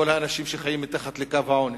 לכל האנשים שחיים מתחת לקו העוני.